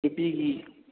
ꯅꯨꯄꯤꯒꯤ